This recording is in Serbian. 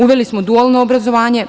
Uveli smo dualno obrazovanje.